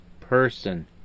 person